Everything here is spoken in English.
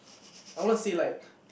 I wanna say like